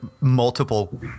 multiple